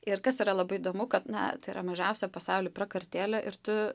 ir kas yra labai įdomu kad na tai yra mažiausia pasauly prakartėlė ir tu